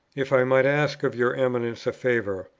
if i might ask of your eminence a favour,